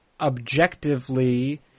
objectively